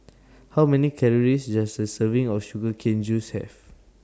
How Many Calories Does A Serving of Sugar Cane Juice Have